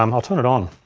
um i'll turn it on.